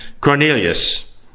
Cornelius